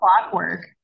clockwork